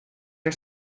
are